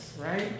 right